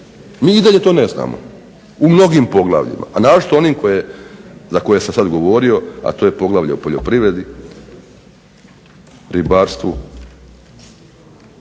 MI i dalje to ne znamo u mnogim poglavljima, a naročito u onim za koje sam sad govorio, a to je Poglavlje o poljoprivredi, ribarstvu